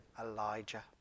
Elijah